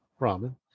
ramen